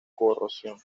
corrosión